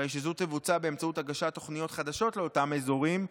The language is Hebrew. הרי שזו תבוצע באמצעות הגשת תוכניות חדשות באותם אזורים,